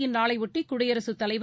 இந்நாளையொட்டி குடியரசுத் தலைவர்